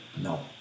No